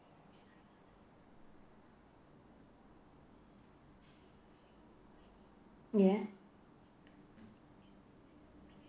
ya